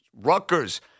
Rutgers